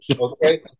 okay